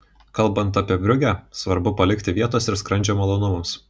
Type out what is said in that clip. kalbant apie briugę svarbu palikti vietos ir skrandžio malonumams